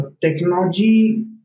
technology